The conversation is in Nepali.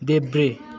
देब्रे